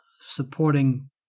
supporting